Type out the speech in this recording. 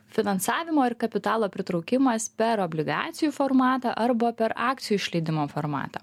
finansavimo ir kapitalo pritraukimas per obligacijų formatą arba per akcijų išleidimo formatą